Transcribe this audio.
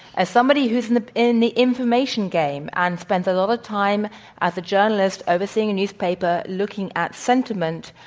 as somebody who's in the in the information game and spends a lot of time as a journalist overseeing a newspaper, looking at sentiment,